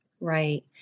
Right